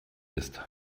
ist